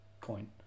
coin